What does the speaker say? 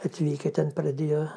atvykę ten pradėjo